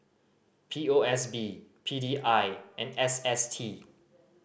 P O S B P D I and S S T